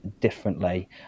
differently